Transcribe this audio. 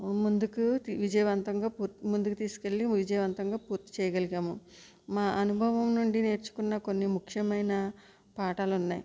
ముందుకు విజయవంతంగా ముందుకు తీసుకెళ్ళి విజయవంతంగా పూర్తి చేయగలిగాము మా అనుభవం నుండి నేర్చుకున్న కొన్ని ముఖ్యమైన పాఠాలు ఉన్నాయి